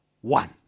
one